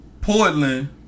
Portland